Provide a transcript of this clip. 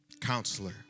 counselor